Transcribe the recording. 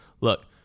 Look